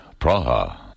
Praha. (